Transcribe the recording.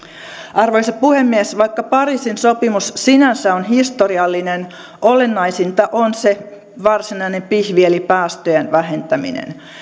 arvoisa puhemies vaikka pariisin sopimus sinänsä on historiallinen olennaisinta on se varsinainen pihvi eli päästöjen vähentäminen